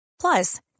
Plus